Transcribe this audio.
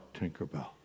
Tinkerbell